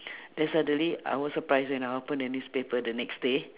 then suddenly I was surprised when I open the newspaper the next day